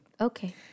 Okay